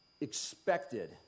expected